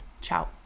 Ciao